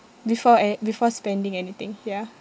before a~ before spending anything ya